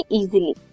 easily